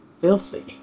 filthy